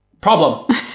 Problem